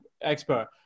expert